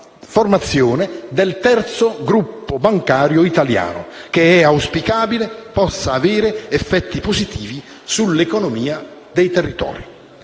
formazione del terzo gruppo bancario italiano, che è auspicabile possa avere effetti positivi sull'economia dei territori.